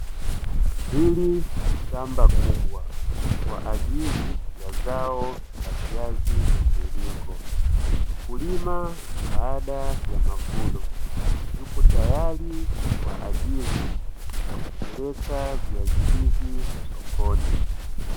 Hili ni shamba kubwa, kwa ajili ya zao la viazi mviringo. Mkulima baada ya mavuno yupo tayari kwa ajili ya kupeleka viazi hivi sokoni.